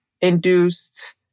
induced